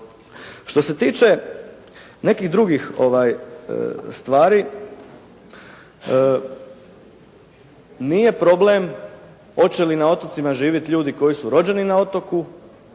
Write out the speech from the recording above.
Što se tiče nekih drugih stvari, nije problem hoće li na otocima živjeti ljudi koji su rođeni na otoku